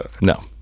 No